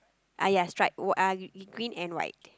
uh ya stripe whi~ uh green and white